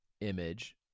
image